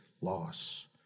loss